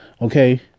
Okay